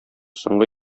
соңгы